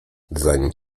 zanim